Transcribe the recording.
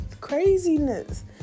craziness